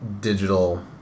digital